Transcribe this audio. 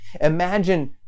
Imagine